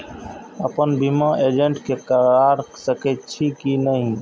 अपन बीमा बिना एजेंट के करार सकेछी कि नहिं?